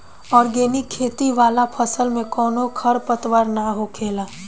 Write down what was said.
organic खेती वाला फसल में कवनो खर पतवार ना होखेला